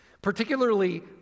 particularly